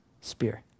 spear